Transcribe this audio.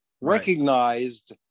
recognized